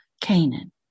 Canaan